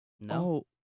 No